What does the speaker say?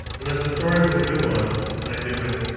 and as the story was a good one, and i knew it,